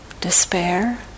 despair